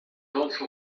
also